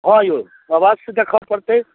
हँ यौ अवश्य देखय पड़तै